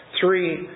three